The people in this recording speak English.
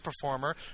performer